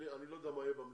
אני לא יודע מה יהיה במליאה.